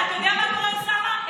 לא, אתה יודע מה קורה, אוסאמה?